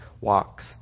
walks